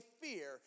fear